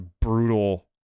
brutal